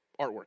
artwork